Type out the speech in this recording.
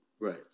Right